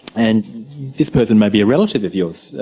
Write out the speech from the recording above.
and this person may be a relative of yours,